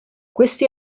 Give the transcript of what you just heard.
questi